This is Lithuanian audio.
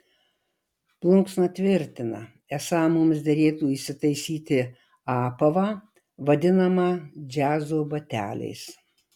plunksna tvirtina esą mums derėtų įsitaisyti apavą vadinamą džiazo bateliais